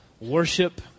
worship